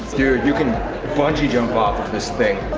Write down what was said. here you can bungee jump off this thing